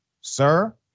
sir